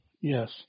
yes